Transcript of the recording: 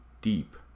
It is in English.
deep